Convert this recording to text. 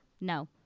No